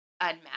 unmatched